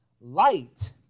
Light